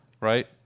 right